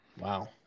Wow